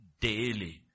daily